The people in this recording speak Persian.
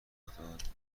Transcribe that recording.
افتاد